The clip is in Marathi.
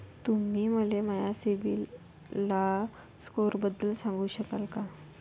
तुम्ही मले माया सीबील स्कोअरबद्दल सांगू शकाल का?